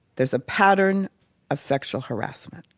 there's a pattern of sexual harassment.